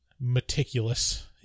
meticulous